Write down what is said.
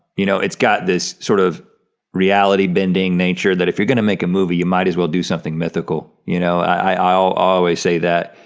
you know, it's got this sort of reality bending nature that if you're going to make a movie, you might as well do something mythical. you know, i'll always say that,